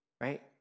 right